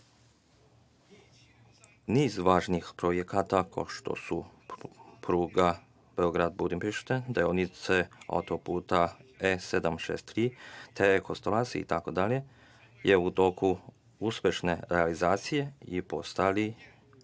važnih projekata, kao što su pruga Beograd-Budimpešta, deonice autoputa E763, TE Kostolac itd, je u toku uspešne realizacije i postali